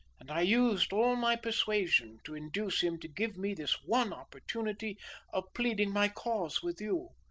and i used all my persuasion to induce him to give me this one opportunity of pleading my cause with you.